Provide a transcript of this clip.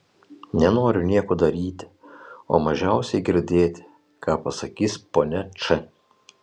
nenoriu nieko daryti o mažiausiai girdėti ką pasakys ponia č